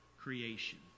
creation